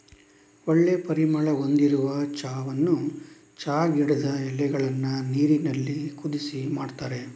ಒಳ್ಳೆ ಪರಿಮಳ ಹೊಂದಿರುವ ಚಾವನ್ನ ಚಾ ಗಿಡದ ಎಲೆಗಳನ್ನ ನೀರಿನಲ್ಲಿ ಕುದಿಸಿ ಮಾಡ್ತಾರೆ